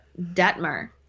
Detmer